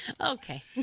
Okay